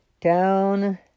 Down